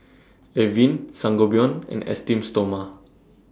Avene Sangobion and Esteem Stoma